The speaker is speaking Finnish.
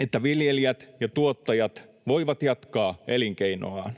että viljelijät ja tuottajat voivat jatkaa elinkeinoaan.